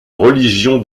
religion